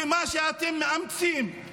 ומה שאתם מאמצים,